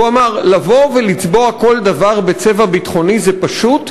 והוא אמר: "לבוא ולצבוע כל דבר בצבע ביטחוני זה פשוט,